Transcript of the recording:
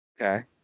Okay